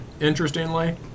Interestingly